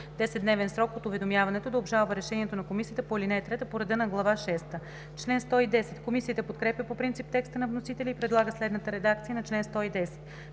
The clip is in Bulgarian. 10-дневен срок от уведомяването да обжалва решението на комисията по ал. 3 по реда на Глава шеста.“ Комисията подкрепя по принцип текста на вносителя и предлага следната редакция на чл. 110: